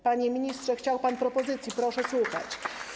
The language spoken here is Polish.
Panie ministrze, chciał pan propozycji, proszę słuchać.